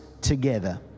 together